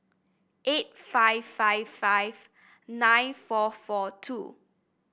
eight five five five nine four four two